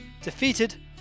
defeated